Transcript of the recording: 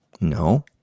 No